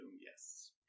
yes